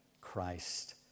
Christ